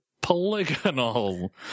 polygonal